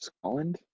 Scotland